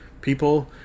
people